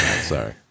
Sorry